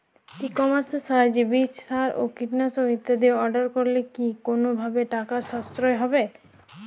ই কমার্সের সাহায্যে বীজ সার ও কীটনাশক ইত্যাদি অর্ডার করলে কি কোনোভাবে টাকার সাশ্রয় হবে?